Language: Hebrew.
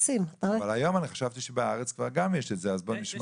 חשבתי שגם בארץ כבר יש את זה היום.